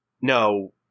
no